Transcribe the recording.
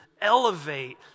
elevate